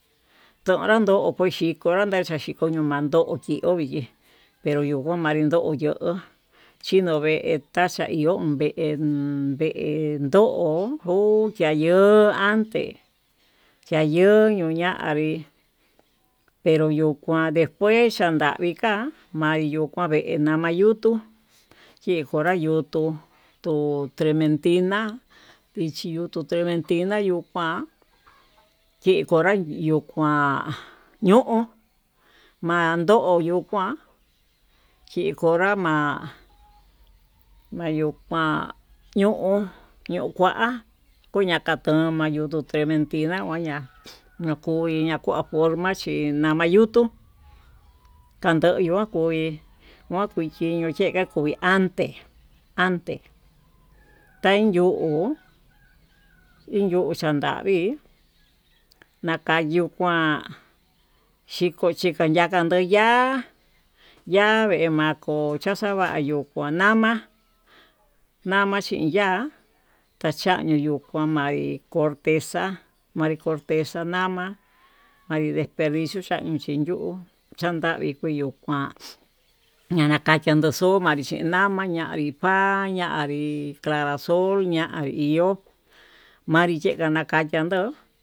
Tonrando okoxhikonra nokoño mandoki ho yi'í penro nduu kuandó, chino vee taxhia iho vee vee ndo uta iho ánte tayo'o ñuu ñavii yo kuan despues xañavi ka'a mayoo kuan vee nama'a yutuu, yekonra yutuu to'o trementina kichiyo trementina yuu kuan kikonra yuu kuan ñu'u mando yuu kuan kionra ma'a yukuan, ño'u ñuu kuá koñanra tomo yoto trementina uña'a nuu kuí ña'a kua forma chí chiñama yutu kandoyo kui kuachima nuu chega kua kuyuu antes ante tain yu'u, iin yuu chandavi nakayu kuan xhiko xhikanduyu ya'a yavemako chachavayó kua nama nama chin ya'á tachañiu yuu kuan maí cortesa manri cortesa ma'a manri desperdicio chañi ñii ñuu, yuu chandavi chiñiu kuan ñanakaxia nducho manri xhina'a mañanri pa'a mañanrí clanrasol manri yengue nakaxhiandó.